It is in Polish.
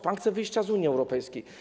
Pan chce wyjścia z Unii Europejskiej.